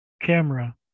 camera